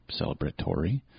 celebratory